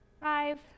five